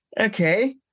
okay